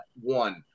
one